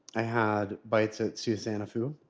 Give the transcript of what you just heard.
i had bites at susanna foo.